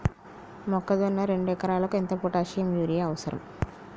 మొక్కజొన్న రెండు ఎకరాలకు ఎంత పొటాషియం యూరియా అవసరం?